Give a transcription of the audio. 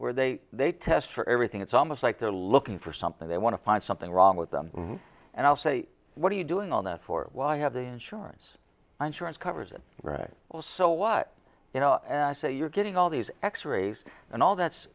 where they they test for everything it's almost like they're looking for something they want to find something wrong with them and i'll say what are you doing on that for why have the insurance i'm sure it covers it right well so what you know and i say you're getting all these x rays and all that's